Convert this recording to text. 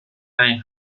and